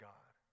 God